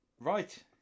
Right